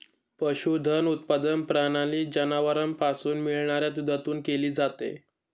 पशुधन उत्पादन प्रणाली जनावरांपासून मिळणाऱ्या दुधातून केली जाते